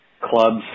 clubs